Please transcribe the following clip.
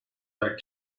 there